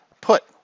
put